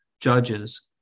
judges